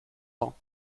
ans